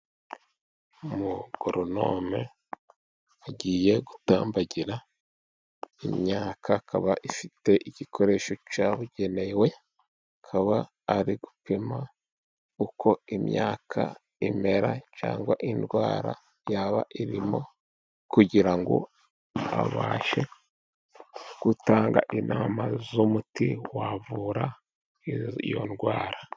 Umugoronome agiye gutambagira imyaka, akaba afite igikoresho cyabugenewe, akaba ari gupima uko imyaka imera cyangwa indwara yaba irimo, kugira ngo abashe gutanga inama z'umuti wavura iyo ndwara.